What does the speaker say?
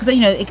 ah you know,